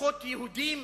לקוחות יהודים,